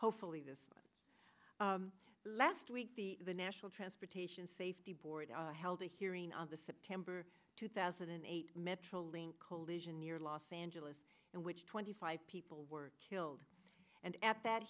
hopefully this last week the national transportation safety board held a hearing on the september two thousand and eight metrolink collision near los angeles and which twenty five people were killed and at that